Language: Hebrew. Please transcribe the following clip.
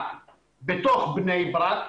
הכרייה בתוך בני ברק,